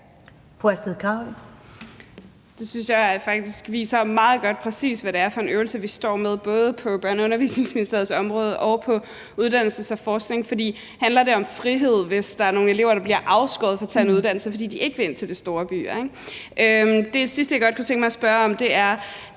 godt viser, præcis hvad det er for en øvelse, vi står med, både på børne- og undervisningsministerens område og på uddannelses- og forskningsministerens område. For handler det om frihed, hvis der er nogle elever, der bliver afskåret fra at tage en uddannelse, fordi de ikke vil ind til de store byer? Det sidste, jeg godt kunne tænke mig at spørge om, handler